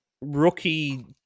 rookie